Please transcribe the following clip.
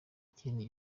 ikindi